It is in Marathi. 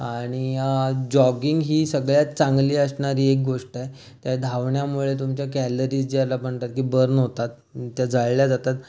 आणि जॉगिंग ही सगळ्यात चांगली असणारी एक गोष्ट आहे त्या धावन्यामुळे तुमच्या कॅलरीज ज्याला म्हणतात की बर्न होतात त्या जाळल्या जातात